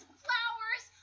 flowers